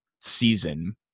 season